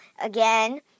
again